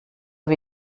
wie